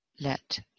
Let